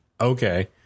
Okay